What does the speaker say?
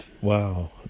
wow